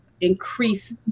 increase